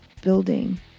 building